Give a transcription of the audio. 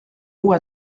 uue